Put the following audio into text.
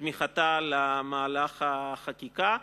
תמיכתה למהלך החקיקה.